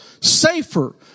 safer